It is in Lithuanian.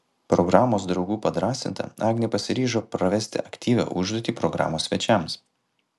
programos draugų padrąsinta agnė pasiryžo pravesti aktyvią užduotį programos svečiams